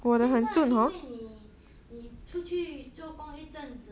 现在因为你你出去做工一阵子